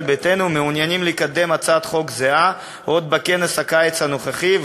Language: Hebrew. ביתנו מעוניינים לקדם הצעת חוק זהה עוד בכנס הקיץ הנוכחי,